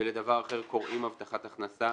ולדבר אחר קוראים "הבטחת הכנסה",